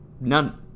None